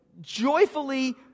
joyfully